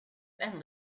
and